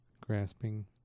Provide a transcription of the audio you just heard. Grasping